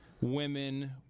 women